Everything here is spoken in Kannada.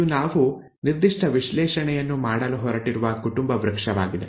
ಇದು ನಾವು ನಿರ್ದಿಷ್ಟ ವಿಶ್ಲೇಷಣೆಯನ್ನು ಮಾಡಲು ಹೊರಟಿರುವ ಕುಟುಂಬ ವೃಕ್ಷವಾಗಿದೆ